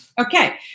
Okay